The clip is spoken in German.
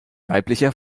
weiblicher